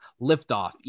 Liftoff